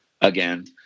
again